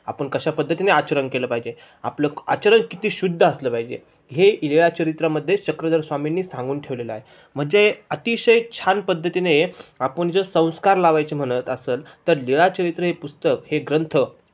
आपण कशा पद्धतीने आचरण केलं पाहिजे आपलं आचरण किती शुद्ध असलं पाहिजे हे लीळाचरित्रामध्ये चक्रधर स्वामीनी सांगून ठेवलेलं आहे म्हणजे अतिशय छान पद्धतीने आपण जर संस्कार लावायचे म्हणत असेल तर लीळाचरित्र हे पुस्तक हे ग्रंथ